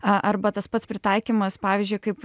arba tas pats pritaikymas pavyzdžiui kaip